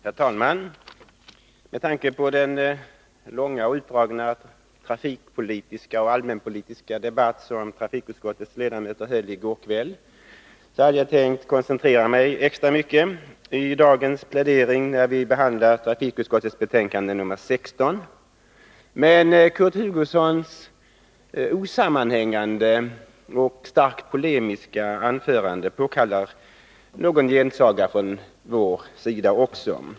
Herr talman! Med tanke på den långt utdragna trafikpolitiska och mer allmänpolitiska debatt som trafikutskottets ledamöter höll i går kväll hade jag tänkt koncentrera mig i dagens plädering, när vi behandlar trafikutskottets betänkande nr 16. Men Kurt Hugossons osammanhängande och starkt polemiska anförande påkallar någon gensaga från vår sida.